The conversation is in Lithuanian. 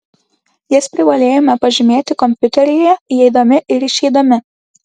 jas privalėjome pažymėti kompiuteryje įeidami ir išeidami